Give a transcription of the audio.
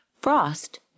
Frost